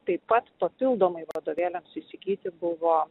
taip pat papildomai vadovėliams įsigyti buvo